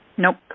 Nope